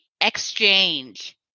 Exchange